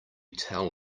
tell